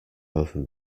over